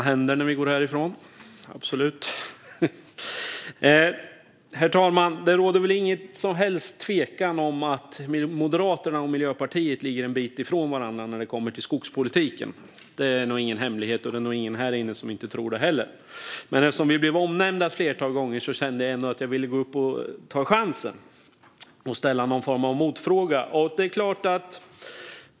Herr talman! Det råder ingen som helst tvekan om att Moderaterna och Miljöpartiet ligger en bit ifrån varandra när det kommer till skogspolitiken. Det är nog ingen hemlighet. Det är nog ingen här inne som tror något annat. Eftersom vi blev omnämnda ett flertal gånger kände jag att jag ville ta chansen och ställa någon form av motfråga.